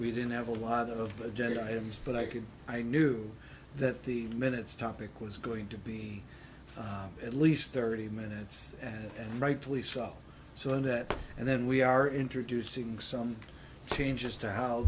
we didn't have a lot of agenda items but i could i knew that the minutes topic was going to be at least thirty minutes and rightfully so so in that and then we are introducing some changes to how